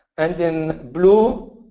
and then blue,